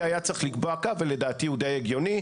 כי היא צריך לקבוע קו ולדעתי הוא די הגיוני.